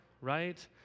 right